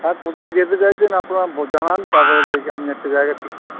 হ্যাঁ কোথায় যেতে চাইছেন আপনারা ব জানান তারপরে দেখি আমি একটা জায়গা ঠিক করছি